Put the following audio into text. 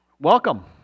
welcome